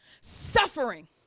suffering